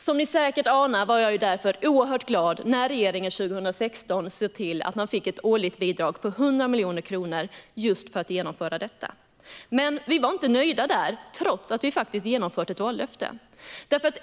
Som ni säkert anar var jag därför oerhört glad när regeringen 2016 införde ett årligt bidrag på 100 miljoner kronor för att genomföra just detta. Men vi var inte nöjda där, trots att vi genomfört ett vallöfte.